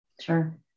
Sure